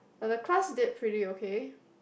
but the class did pretty okay